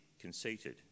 conceited